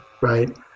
right